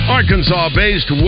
Arkansas-based